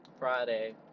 Friday